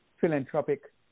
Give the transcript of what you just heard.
philanthropic